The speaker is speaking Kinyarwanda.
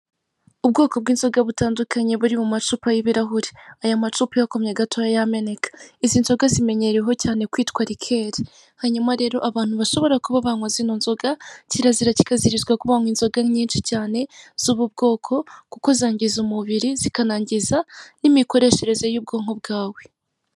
Ubwoko bw'inzoga butandukanye buri mu macupa y'ibirahure, aya macupa uyakomye gatoya yameneka .Izi nzoga zimenyereweho cyane kwitwa rikeri, hanyuma rero abantu bashobora kuba banywa zino nzoga kirazira ki kaziririzwa kuba wanywa inzoga nyinshi cyane zubu bwoko kuko zangiza umubire zikanangiza nimikoreshereze y'ubwonko bwawe.